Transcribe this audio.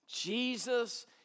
Jesus